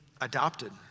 adopted